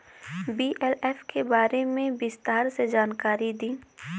BLF के बारे में विस्तार से जानकारी दी?